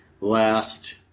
last